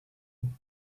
and